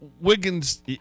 Wiggins